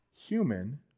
human